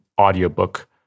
audiobook